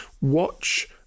watch